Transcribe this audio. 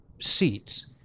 seats